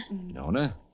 Nona